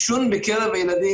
עישון, לבתי ספר ללא עישון.